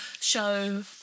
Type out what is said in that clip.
show